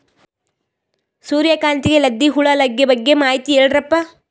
ಸೂರ್ಯಕಾಂತಿಗೆ ಲದ್ದಿ ಹುಳ ಲಗ್ಗೆ ಬಗ್ಗೆ ಮಾಹಿತಿ ಹೇಳರಪ್ಪ?